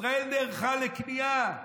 ישראל נערכה לקנייה.